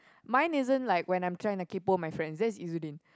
mine isn't like when I'm trying to kaypo with my friend that's Izzudin